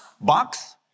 Box